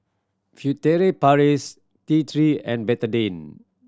Furtere Paris T Three and Betadine